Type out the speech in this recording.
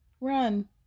run